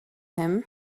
him